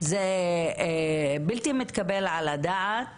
זה בלתי מתקבל על הדעת